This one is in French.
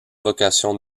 vocation